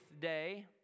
day